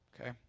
Okay